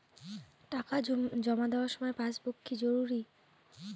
টাকা জমা দেবার সময় পাসবুক কি জরুরি?